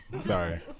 Sorry